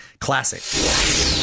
Classic